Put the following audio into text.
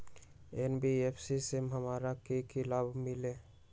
NBFC से हमार की की लाभ मिल सक?